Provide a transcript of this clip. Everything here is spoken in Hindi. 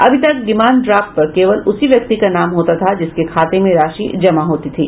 अभी तक डिमांड ड्राफ्ट पर केवल उसी व्यक्ति का नाम होता था जिसके खाते में राशि जमा होती थी